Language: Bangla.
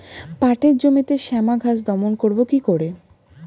পাটের জমিতে শ্যামা ঘাস দমন করবো কি করে?